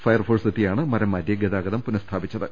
fire force എത്തിയാണ് മരം മാറ്റി ഗതാഗതം പുനസ്ഥാപിച്ചത്